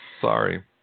Sorry